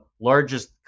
largest